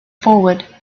forward